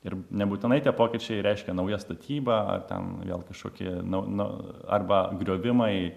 ir nebūtinai tie pokyčiai reiškia nauja statyba ar ten gal kažkokie nu nu arba griovimai